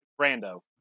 Brando